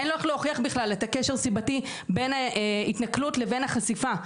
אין לו איך להוכיח בכלל קשר סיבתי בין ההתנכלות לבין החשיפה.